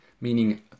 meaning